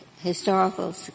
historical